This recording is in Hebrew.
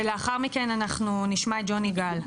ולאחר מכן אנחנו נשמע את ג'וני גל.